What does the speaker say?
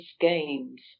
Games